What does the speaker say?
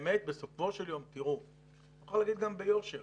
אני יכול לומר ביושר.